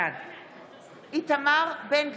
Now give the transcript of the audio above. בעד איתמר בן גביר,